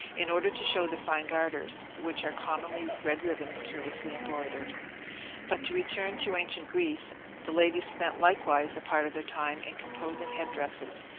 in order to show their fine garters, which are commonly red ribbons curiously embroidered but to return to ancient greece the ladies spent likewise a part of their time in composing head-dresses,